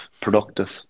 productive